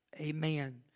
amen